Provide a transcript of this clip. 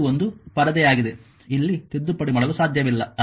ಆದ್ದರಿಂದ ಇದು ಒಂದು ಪರದೆಯಾಗಿದೆ ಇಲ್ಲಿ ತಿದ್ದುಪಡಿ ಮಾಡಲು ಸಾಧ್ಯವಿಲ್ಲ